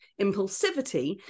impulsivity